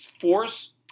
force